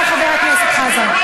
חבר הכנסת אמסלם,